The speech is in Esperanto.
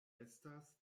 estas